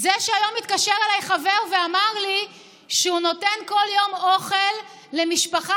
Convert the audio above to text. זה שהיום התקשר אליי חבר ואמר לי שהוא נותן כל יום אוכל למשפחה